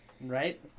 Right